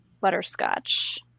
butterscotch